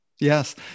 Yes